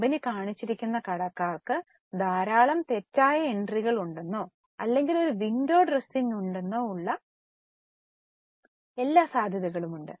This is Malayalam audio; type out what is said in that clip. കമ്പനി കാണിച്ചിരിക്കുന്ന കടക്കാർക്ക് ധാരാളം തെറ്റായ എൻട്രികളോ ഉണ്ടെന്നോ അല്ലെങ്കിൽ ഒരു വിൻഡോ ഡ്രസ്സിംഗ് ഉണ്ടെന്നോ ഉള്ള എല്ലാ സാധ്യതകളും ഉണ്ട്